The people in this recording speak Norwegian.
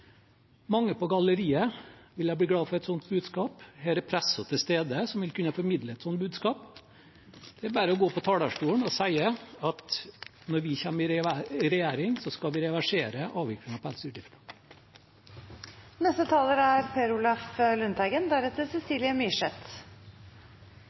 Mange på galleriet ville blitt glade for et sånt budskap. Her er pressen til stede, som ville kunne formidle et sånt budskap. Det er bare å gå på talerstolen og si at når vi kommer i regjering, skal vi reversere avviklingen av pelsdyrdriften. Det er